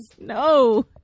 No